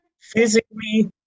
physically